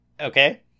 Okay